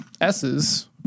S's